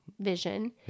vision